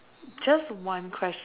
just one question